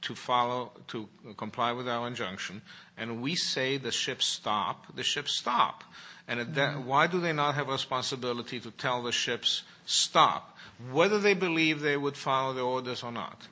to follow to comply with the injunction and we say the ship stopped the ship stop and then why do they not have a sponsibility to tell the ships stop whether they believe they would follow the orders or not